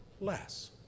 less